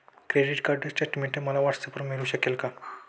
Credit card statement मला व्हॉट्सऍपवर मिळू शकेल का?